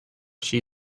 she